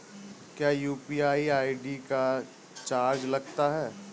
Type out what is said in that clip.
क्या UPI ID का charge लगता है?